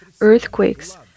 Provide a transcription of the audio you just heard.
earthquakes